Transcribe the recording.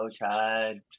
tide